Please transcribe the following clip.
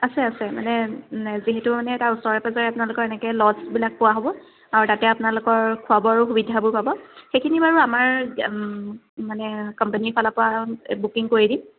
আছে আছে মানে যিহেতু মানে এটা ওচৰে পাঁজৰে আপোনালোকৰ এনেকৈ ল'জবিলাক পোৱা হ'ব আৰু তাতে আপোনালোকৰ খোৱা বোৱাৰো সুবিধাবোৰ পাব সেইখিনি বাৰু আমাৰ মানে কোম্পানীৰ ফালৰ পৰা বুকিং কৰি দিম